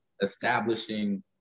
establishing